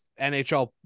NHL